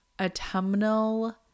autumnal